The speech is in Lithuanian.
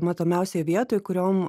matomiausioj vietoj kuriom